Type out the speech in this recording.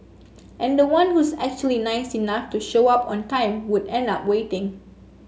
and the one who's actually nice enough to show up on time would end up waiting